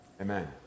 Amen